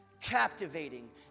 captivating